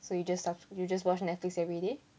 so you just s~ you just watch netflix everyday